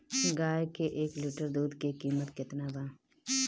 गाय के एक लीटर दूध के कीमत केतना बा?